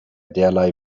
derlei